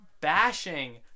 bashing